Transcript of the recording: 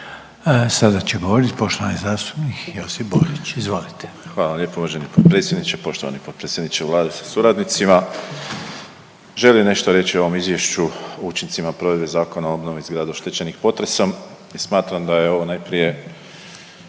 Sada će govorit poštovani zastupnik Josip Borić, izvolite. **Borić, Josip (HDZ)** Hvala lijepo uvaženi potpredsjedniče. Poštovani potpredsjedniče Vlade sa suradnicima. Želim nešto reći o ovom Izvješću o učincima provedbe Zakona o obnovi zgrada oštećenih potresom i smatram da je ovo najprije